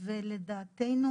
לדעתנו